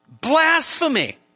Blasphemy